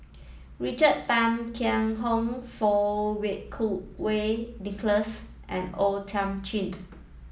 Richard Tay Tian Hoe Fang Wei Kuo Wei Nicholas and O Thiam Chin